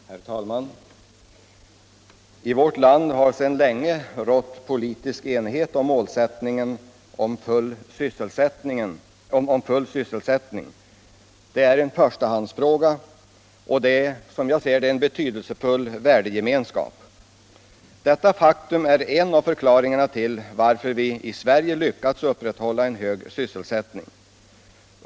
Herr talman! I vårt land har sedan länge rått politisk enighet om målsättningen full sysselsättning. Det är en förstahandsfråga, och det är, som jag ser det, en betydelsefull värdegemenskap. Detta faktum är en av förklaringarna till att vi i Sverige lyckats upprätthålla en hög sysselsättning.